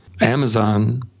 amazon